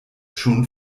schon